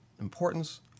importance